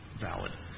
valid